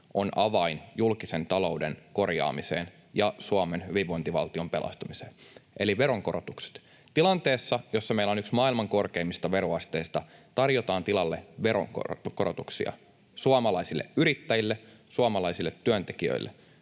ovat avain julkisen talouden korjaamiseen ja Suomen hyvinvointivaltion pelastamiseen — eli veronkorotukset. Tilanteessa, jossa meillä on yksi maailman korkeimmista veroasteista, tarjotaan tilalle veronkorotuksia suomalaisille yrittäjille, suomalaisille työntekijöille.